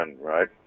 right